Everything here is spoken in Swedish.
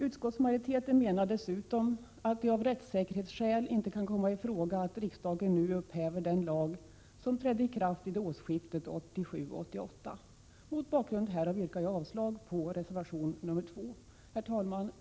Utskottsmajoriteten menar dessutom att det av rättssäkerhetsskäl inte kan komma i fråga att riksdagen nu skulle upphäva den lag som trädde i kraft vid årsskiftet 1987-1988. Mot bakgrund härav yrkar jag avslag också på reservation 2. Herr talman!